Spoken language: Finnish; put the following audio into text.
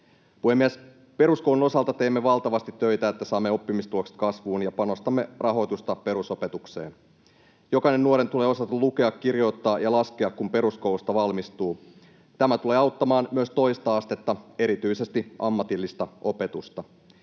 Puhemies! Peruskoulun osalta teemme valtavasti töitä, että saamme oppimistulokset kasvuun ja panostamme rahoitusta perusopetukseen. Jokaisen nuoren tulee osata lukea, kirjoittaa ja laskea, kun peruskoulusta valmistuu. Tämä tulee auttamaan myös toista astetta, erityisesti ammatillista opetusta.